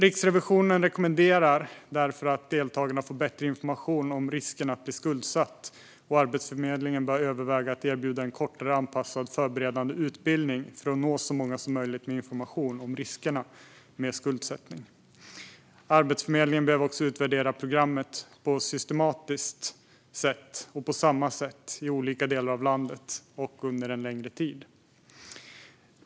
Riksrevisionen rekommenderar därför att deltagarna får bättre information om risken att bli skuldsatt, och Arbetsförmedlingen bör överväga att erbjuda en kortare anpassad förberedande utbildning för att nå så många som möjligt med information om riskerna med skuldsättning. Arbetsförmedlingen behöver också utvärdera programmet på ett systematiskt sätt och på samma sätt i olika delar av landet samt under en längre tid.